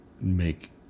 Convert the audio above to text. make